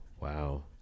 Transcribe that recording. Wow